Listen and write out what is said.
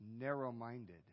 narrow-minded